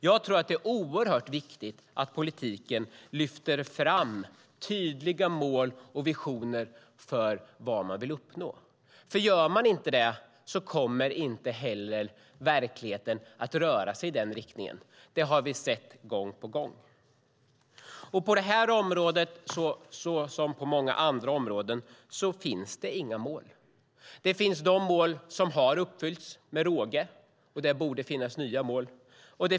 Jag tror att det är oerhört viktigt att vi i politiken lyfter fram tydliga mål och visioner för vad vi vill uppnå. Gör vi inte det kommer verkligheten inte att röra sig i den riktningen. Det har vi sett gång på gång. På detta område, som på många andra områden, finns det inga mål. En del mål har uppfyllts med råge, och där borde det finnas nya mål.